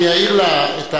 אני אעיר לה.